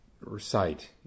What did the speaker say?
recite